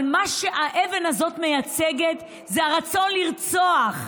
אבל מה שהאבן הזאת מייצגת הוא הרצון לרצוח,